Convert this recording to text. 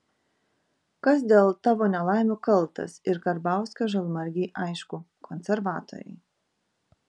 kas dėl tavo nelaimių kaltas ir karbauskio žalmargei aišku konservatoriai